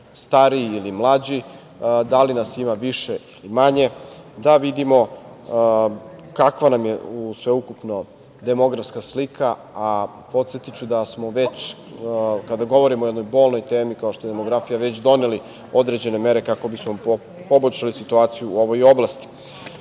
stariji, ili mlađi, da li nas ima više ili manje, da vidimo kakva nam je sveukupno demografska slika, a podsetiću da smo već, kada govorimo o jednoj bolnoj temi, kao što je demografija, već doneli određene mere, kako bi smo poboljšali situaciju u ovoj oblasti. Kada